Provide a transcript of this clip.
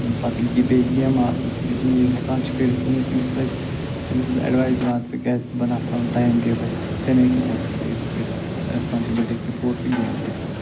یِم پتہٕ گیمہٕ آسنس یُس نہٕ یہِ ہٮ۪کان چھُ کٔرِتھ کِہیٖنۍ تٔمِس پَزِ تٔمِس چھُس بہٕ ایڈوایس دِوان ژٕ کیٚازِ ژٕ بناو پنُن ٹایم ٹیبٕل تَمے کِنۍ ہٮ۪ککھ ژٕ یِم کٔرِتھ ریسپانسبٕلِٹی تہِ پوٗرٕ تہٕ گیم تہِ پوٗرٕ